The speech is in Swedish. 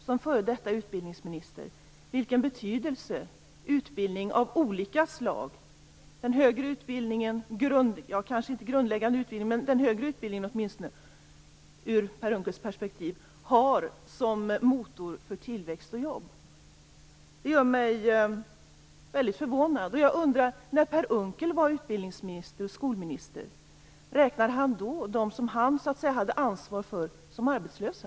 Som före detta utbildningsminister borde Per Unckel veta vilken betydelse utbildning av olika slag, högre utbildning åtminstone, har ur Per Unckels perspektiv som motor för tillväxt och jobb. Det gör mig väldigt förvånad. Jag undrar: När Per Unckel var utbildningsminister och skolminister, räknade han då dem han hade ansvar för som arbetslösa?